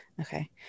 Okay